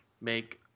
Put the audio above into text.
make